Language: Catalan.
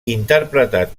interpretat